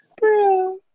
Bro